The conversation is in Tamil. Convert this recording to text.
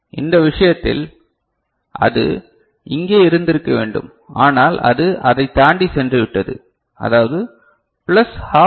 இந்த விஷயத்தில் அது இங்கே இருந்திருக்க வேண்டும் ஆனால் அது அதைத் தாண்டிச் சென்றுவிட்டது அதாவது பிளஸ் ஹாப் எல்